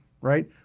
right